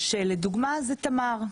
שלדוגמא זה תמר.